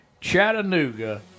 Chattanooga